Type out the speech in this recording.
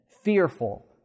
fearful